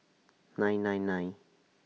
nine nine nine